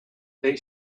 they